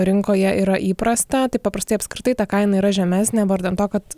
rinkoje yra įprasta tai paprastai apskritai ta kaina yra žemesnė vardan to kad